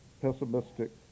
pessimistic